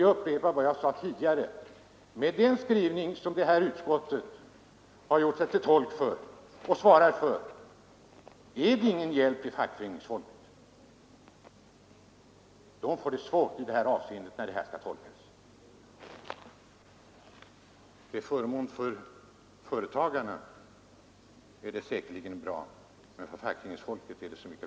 Jag upprepar vad jag tidigare sade: den skrivning som utskottet svarar för är ingen hjälp för fackföreningsfolket, som får det svårt när det här skall tolkas. Skrivningen är säkerligen till förmån för företagarna, men det blir så mycket värre för fackföreningsfolket.